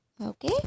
okay